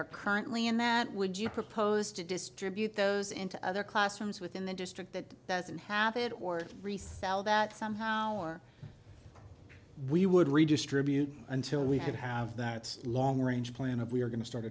are currently in that would you propose to distribute those into other classrooms within the district that doesn't have it or resell that somehow or we would redistribute until we have that long range plan of we're going to start